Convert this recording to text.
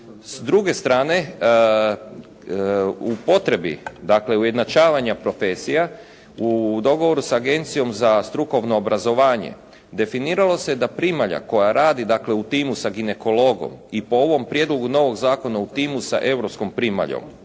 S druge strane u potrebi dakle ujednačavanja profesija u dogovoru s Agencijom za strukovno obrazovanje definiralo se da primalja koja radi dakle u timu sa ginekologom i po ovom prijedlogu novog zakona u timu sa europskom primaljom,